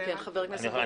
חבר הכנסת ברוכי?